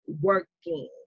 working